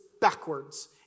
backwards